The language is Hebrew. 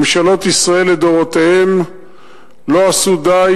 ממשלות ישראל לדורותיהן לא עשו די.